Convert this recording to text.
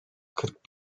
kırk